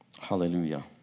Hallelujah